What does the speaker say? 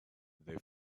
they